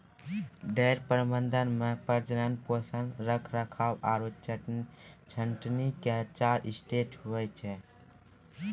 dairy प्रबंधन मॅ प्रजनन, पोषण, रखरखाव आरो छंटनी के चार स्टेज होय छै